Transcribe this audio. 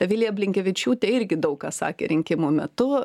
vilija blinkevičiūtė irgi daug ką sakė rinkimų metu